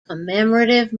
commemorative